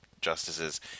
justices